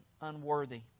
unworthy